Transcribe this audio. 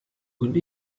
und